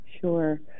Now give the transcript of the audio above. Sure